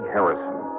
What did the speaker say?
Harrison